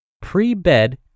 pre-bed